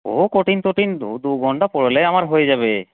ও কঠিন কঠিন দু ঘন্টা পড়লে আমার হয়ে যাবে